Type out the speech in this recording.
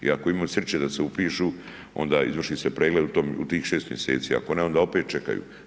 I ako imaju sreće da se upišu onda izvrši se pregled u tih 6 mjeseci ako ne onda opet čekaju.